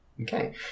Okay